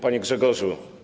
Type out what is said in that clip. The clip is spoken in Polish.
Panie Grzegorzu!